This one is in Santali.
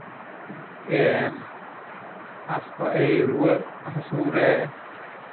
ᱦᱟᱥᱯᱟᱛᱟᱞ ᱨᱩᱣᱟᱹᱜ ᱦᱟᱹᱥᱩ ᱨᱮ